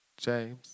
James